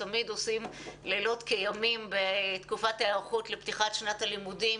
תמיד עושים לילות כימים בתקופת ההיערכות לפתיחת שנת הלימודים,